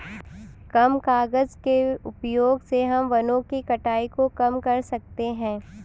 कम कागज़ के उपयोग से हम वनो की कटाई को कम कर सकते है